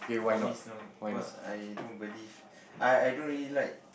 for me it's not cause I don't believe I I don't really like